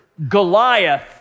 Goliath